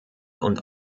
und